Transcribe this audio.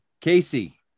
Casey